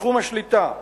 בתחום השליטה,